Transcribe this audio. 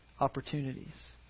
Opportunities